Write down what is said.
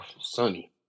sunny